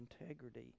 integrity